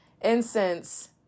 Incense